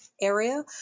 area